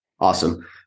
Awesome